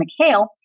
McHale